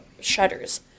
shutters